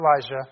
Elijah